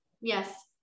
Yes